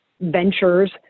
Ventures